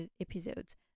episodes